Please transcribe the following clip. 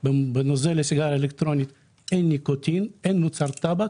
סיגריות אלקטרוניות זה מוצר ממכר,